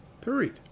period